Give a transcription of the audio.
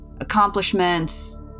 Accomplishments